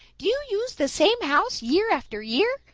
do you use the same house year after year?